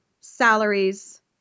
salaries